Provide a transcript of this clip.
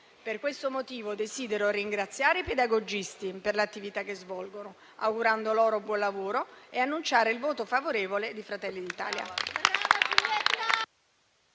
Per questo motivo desidero ringraziare i pedagogisti per l'attività che svolgono, augurando loro buon lavoro, e annunciare il voto favorevole di Fratelli d'Italia.